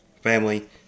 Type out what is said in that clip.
family